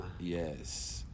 yes